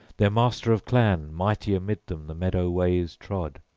their master-of-clan mighty amid them the meadow-ways trod.